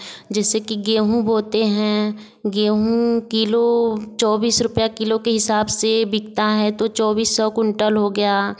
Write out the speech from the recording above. जैसे कि गेहूँ बोते हैं गेहूँ किलो चौबीस रुपया किलो के हिसाब से बिकता है तो चौबीस सौ कुंटल हो गया